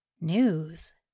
News